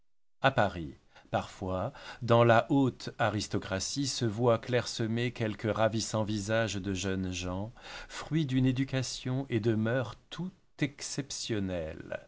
à paris parfois dans la haute aristocratie se voient clair-semés quelques ravissants visages de jeunes gens fruits d'une éducation et de mœurs tout exceptionnelles